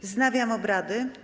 Wznawiam obrady.